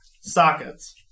Sockets